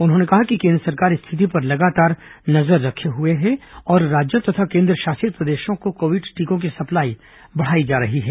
उन्होंने कहा कि केन्द्र सरकार स्थिति पर लगातार नजर रखे हुए हैं और राज्यों तथा केन्द्रशासित प्रदेशों को कोविड टीकों की सप्लाई बढ़ा रही है